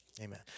Amen